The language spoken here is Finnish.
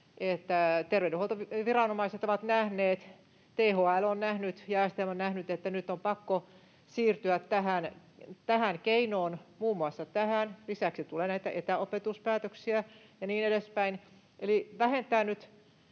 että terveydenhuoltoviranomaiset ovat nähneet, THL on nähnyt ja STM on nähnyt, että nyt on pakko siirtyä tähän keinoon — muun muassa tähän, lisäksi tulee näitä etäopetuspäätöksiä ja niin edespäin — eli vähentää nyt